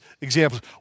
examples